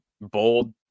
bold